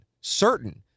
certain